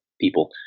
people